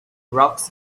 rocks